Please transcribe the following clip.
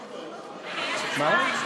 מה?